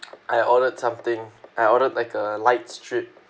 I ordered something I ordered like a light strip